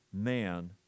man